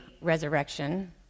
resurrection